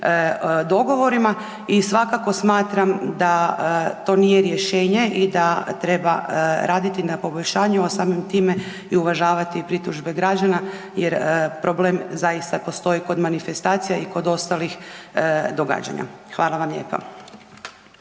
dogovorima i svakako smatram da to nije rješenje i da treba raditi i na poboljšanju, a samim time i uvažavati pritužbe građana jer problem zaista postoji kod manifestacija i kod ostalih događanja. Hvala vam lijepa.